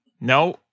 No